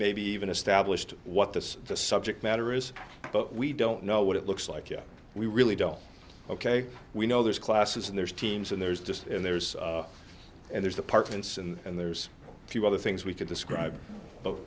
maybe even established what the subject matter is but we don't know what it looks like yet we really don't ok we know there's classes and there's teams and there's just and there's and there's apartments and there's a few other things we could describe but